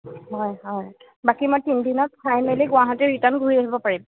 হয় হয় বাকী মই তিনিদিনত চাই মেলি গুৱাহাটী ৰিটাৰ্ণ ঘূৰি আহিব পাৰিম